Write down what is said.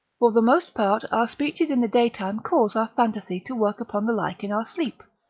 for the most part our speeches in the daytime cause our fantasy to work upon the like in our sleep,